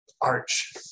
Arch